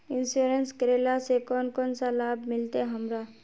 Insurance करेला से कोन कोन सा लाभ मिलते हमरा?